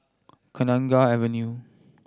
Kenanga Avenue